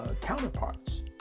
counterparts